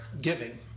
giving